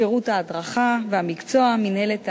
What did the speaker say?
שירות ההדרכה והמקצוע ומינהלת ההשקעות.